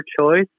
choice